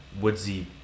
woodsy